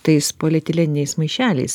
tais polietileniniais maišeliais